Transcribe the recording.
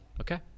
Okay